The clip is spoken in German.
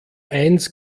eins